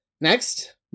Next